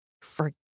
Forget